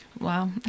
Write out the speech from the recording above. Wow